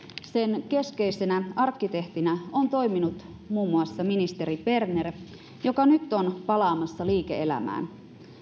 sen keskeisenä arkkitehtina on toiminut muun muassa ministeri berner joka nyt on palaamassa liike elämään